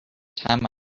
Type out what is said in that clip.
time